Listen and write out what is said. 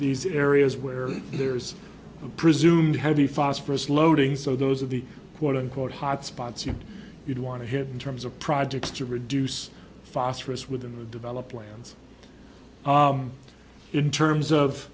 these areas where there is a presumed heavy phosphorous loading so those are the quote unquote hot spots you would want to hit in terms of projects to reduce phosphorous within the develop plans in terms of